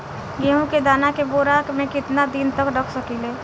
गेहूं के दाना के बोरा में केतना दिन तक रख सकिले?